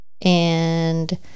and-